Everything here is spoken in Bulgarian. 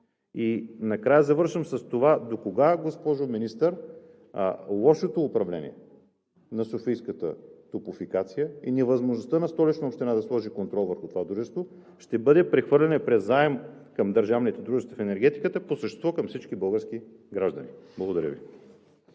И накрая завършвам с това: докога, госпожо Министър, лошото управление на софийската „Топлофикация“ и невъзможността на Столична община да сложи контрол върху това дружество ще бъде прехвърляне през заем към държавните дружества в енергетиката, по същество към всички български граждани? Благодаря Ви.